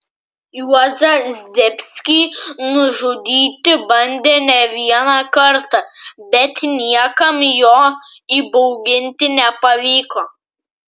juozą zdebskį nužudyti bandė ne vieną kartą bet niekam jo įbauginti nepavyko